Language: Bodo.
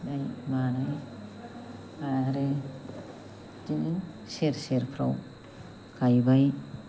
आरो बिदिनो सेर सेरफ्राव गायबाय